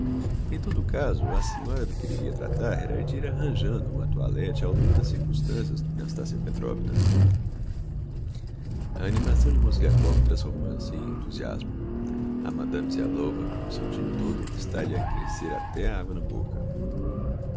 em todo o caso a senhora do que devia tratar era de ir arranjando uma toilette á altura das circumstancias nastassia petrovna a animação de mozgliakov transforma-se em enthusiasmo a madame ziablova com o seu tino todo está lhe a crescer até agua na bôcca